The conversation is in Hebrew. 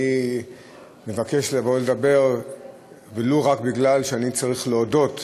אני מבקש לדבר ולו רק כי אני צריך להודות,